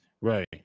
Right